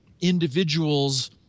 individuals